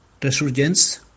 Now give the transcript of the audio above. Resurgence